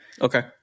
Okay